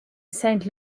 saint